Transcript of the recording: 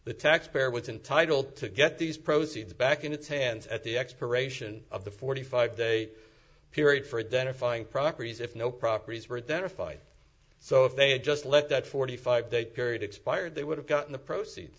the taxpayer was intitled to get these proceeds back in its hands at the expiration of the forty five day period for identifying properties if no properties were then a fight so if they had just let that forty five day period expired they would have gotten the proceeds